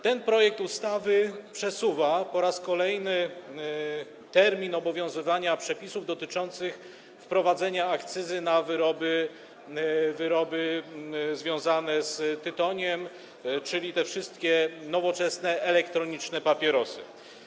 Ten projekt ustawy przesuwa po raz kolejny termin obowiązywania przepisów dotyczących wprowadzenia akcyzy na wyroby związane z tytoniem, czyli wszystkie nowoczesne, elektroniczne papierosy.